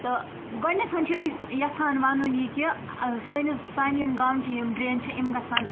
تہٕ گۄڈٕنٮ۪تھ چھِ أسۍ یَژھان وَنُن یہِ کہِ سٲنِس سانہِ یِم گامچہٕ یِم ڈرٛینہٕ چھےٚ یِم گَژھان